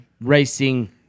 racing